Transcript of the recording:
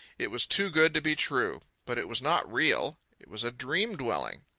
it was too good to be true. but it was not real. it was a dream-dwelling.